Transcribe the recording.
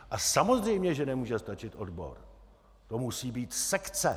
A samozřejmě že nemůže stačit odbor, to musí být sekce.